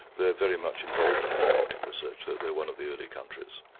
they're very much involved in antarctic research, they're one of the early countries.